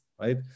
right